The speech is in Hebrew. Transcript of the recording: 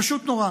פשוט נורא: